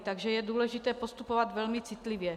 Takže je důležité postupovat velmi citlivě.